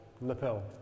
lapel